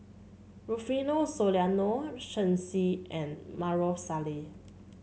Rufino Soliano Shen Xi and Maarof Salleh